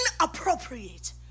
inappropriate